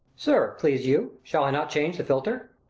sir, please you, shall i not change the filter?